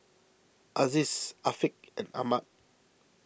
Aziz Afiq and Ahmad